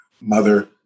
mother